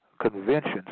conventions